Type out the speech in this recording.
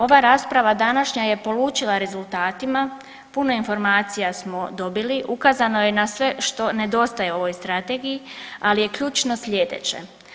Ova rasprava današnja je polučila rezultatima, puno informacija smo dobili, ukazano je na sve što nedostaje ovoj strategiji ali je ključno sljedeće.